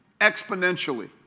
exponentially